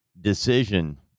decision